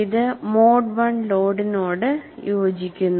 ഇത് മോഡ്I ലോഡിനോട് യോജിക്കുന്നു